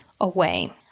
away